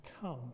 come